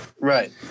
Right